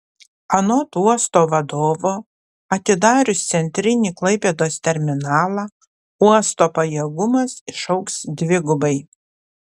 anot uosto vadovo atidarius centrinį klaipėdos terminalą uosto pajėgumas išaugs dvigubai